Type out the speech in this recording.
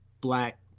black